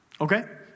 Okay